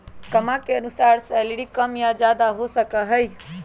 कम्मा के अनुसार सैलरी कम या ज्यादा हो सका हई